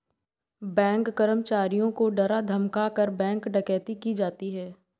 bank कर्मचारियों को डरा धमकाकर, बैंक डकैती की जाती है